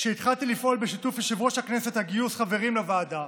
כשהתחלתי לפעול בשיתוף יושב-ראש הכנסת לגיוס חברים לוועדה,